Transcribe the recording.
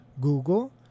Google